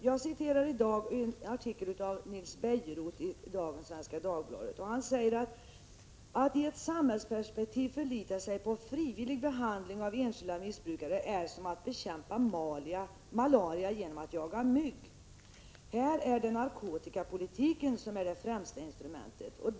Jag skall citera från en artikel av Nils elbORd rden till Bejerot i Svenska Dagbladet i dag: egetboende ”Men att i ett samhällsperspektiv förlita sig på frivillig behandling av enskilda missbrukare är som att bekämpa malaria genom att jaga mygg ———. Här är det narkotikapolitiken som är det främsta instrumentet.